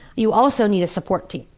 you also need a support team,